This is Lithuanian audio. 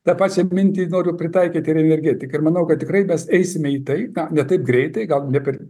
tą pačią mintį noriu pritaikyti ir energetikai ir manau kad tikrai mes eisime į tai ką ne taip greitai gal ne per